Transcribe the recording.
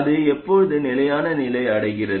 அது எப்போது நிலையான நிலையை அடைகிறது